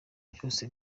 byose